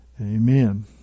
Amen